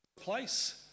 place